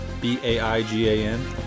B-A-I-G-A-N